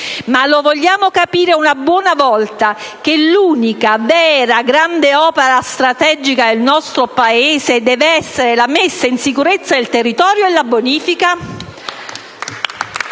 Ma lo vogliamo capire una buona volta che l'unica vera grande opera strategica del nostro Paese deve essere la messa in sicurezza del territorio e la sua bonifica?